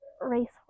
Racehorse